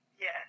Yes